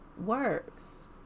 works